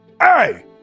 Hey